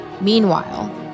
Meanwhile